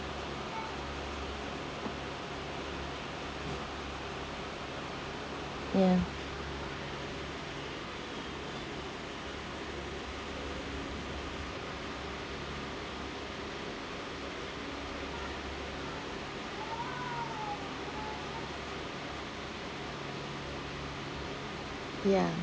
ya ya